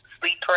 sleep